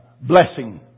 blessing